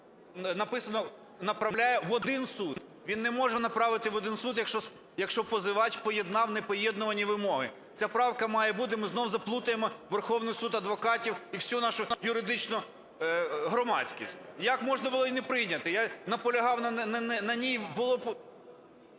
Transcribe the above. написано: "направляє в один суд". Він не може направити в один суд, якщо позивач поєднав непоєднувані вимоги. Ця правка має бути, ми знову заплутаємо Верховний Суд, адвокатів і всю нашу юридичну громадськість. Як можна було її не прийняти? Я наполягав на ній…